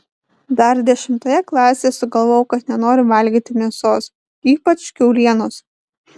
dar dešimtoje klasėje sugalvojau kad nenoriu valgyti mėsos ypač kiaulienos